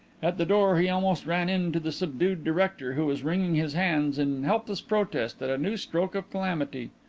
at the door he almost ran into the subdued director, who was wringing his hands in helpless protest at a new stroke of calamity.